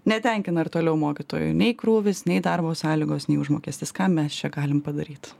netenkina ir toliau mokytojų nei krūvis nei darbo sąlygos nei užmokestis ką mes čia galim padaryt